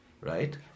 right